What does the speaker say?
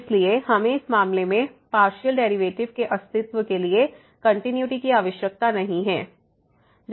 इसलिए हमें इस मामले में पार्शियल डेरिवेटिव के अस्तित्व के लिए कंटिन्यूटी की आवश्यकता नहीं है